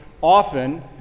often